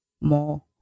more